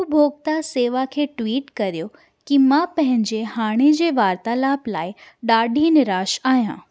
उपभोक्ता शेवा खे ट्वीट कयो की मां पंहिंजे हाणे जे वार्तालाप लाइ ॾाढी निराश आहियां